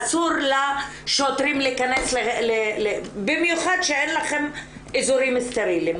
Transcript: אסור לשוטרים להיכנס במיוחד שאין לכם אזורים סטריליים.